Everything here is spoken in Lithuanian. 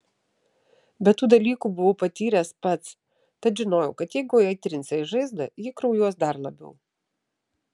bet tų dalykų buvau patyręs pats tad žinojau kad jeigu aitrinsi žaizdą ji kraujuos dar labiau